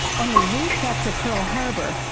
only weeks after pearl harbor,